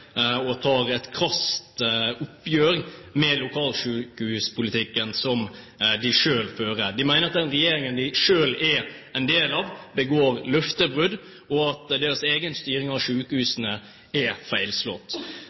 Dagbladet tar representanten Toppe sammen med sin partileder et krast oppgjør med lokalsykehuspolitikken som de selv fører. De mener at den regjeringen de selv er en del av, begår løftebrudd, og at deres egen styring av sykehusene er feilslått.